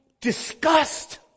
disgust